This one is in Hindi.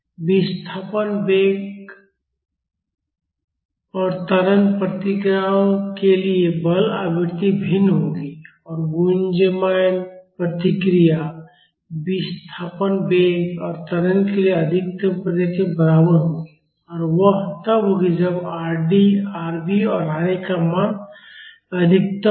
विस्थापन वेग और त्वरण प्रतिक्रियाओं के लिए बल आवृत्ति भिन्न होगी और गुंजयमान प्रतिक्रिया विस्थापन वेग और त्वरण के लिए अधिकतम प्रतिक्रिया के बराबर होगी और वह तब होगी जब Rd Rv और Ra का मान अधिकतम होगा